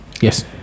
Yes